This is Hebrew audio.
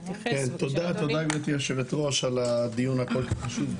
תודה גבירתי היו"ר על הדיון הכל כך חשוב,